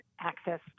access